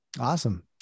Awesome